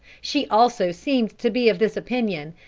she also seemed to be of this opinion,